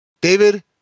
David